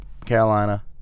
Carolina